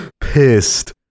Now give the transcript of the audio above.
pissed